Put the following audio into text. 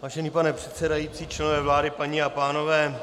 Vážený pane předsedající, členové vlády, paní a pánové.